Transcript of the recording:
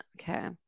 Okay